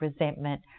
resentment